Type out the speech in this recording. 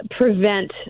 prevent